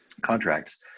contracts